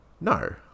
no